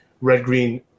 red-green